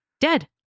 Dead